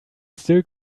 still